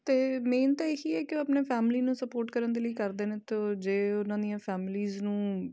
ਅਤੇ ਮੇਨ ਤਾਂ ਇਹ ਹੀ ਹੈ ਕਿ ਆਪਣੇ ਫੈਮਲੀ ਨੂੰ ਸਪੋਰਟ ਕਰਨ ਦੇ ਲਈ ਕਰਦੇ ਨੇ ਤੋ ਜੇ ਉਹਨਾਂ ਦੀਆਂ ਫੈਮਿਲੀਜ਼ ਨੂੰ